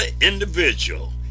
individual